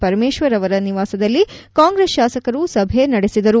ಪರಮೇಶ್ವರ್ ಅವರ ನಿವಾಸದಲ್ಲಿ ಕಾಂಗ್ರೆಸ್ ಶಾಸಕರು ಸಭೆ ನಡೆಯಿತು